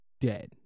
dead